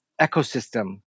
ecosystem